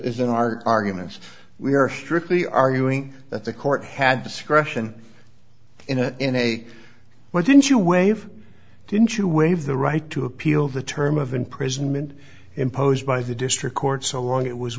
is in our arguments we are strictly arguing that the court had discretion in a in a why didn't you waive didn't you waive the right to appeal the term of imprisonment imposed by the district court so long it was